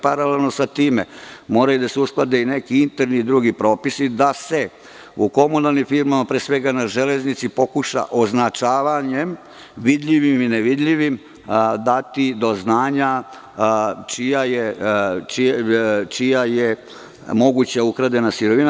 Paralelno sa time moraju da se usklade i neki interni i drugi propisi da se u komunalnim firmama, pre svega na železnici pokuša označavanjem vidljivim i nevidljivim, dati do znanja čija je moguća ukradena sirovina.